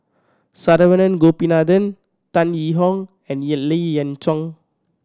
Saravanan Gopinathan Tan Yee Hong and Lien Ying Chow